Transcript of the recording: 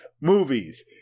movies